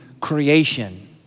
creation